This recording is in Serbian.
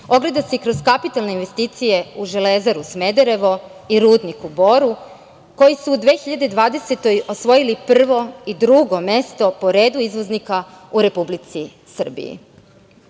ogleda se i kroz kapitalne investicije u Železaru Smederevo i rudnik u Boru, koji su u 2020. godini osvojili prvo i drugo mesto po redu izvoznika u Republici Srbiji.U